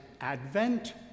Advent